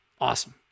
Awesome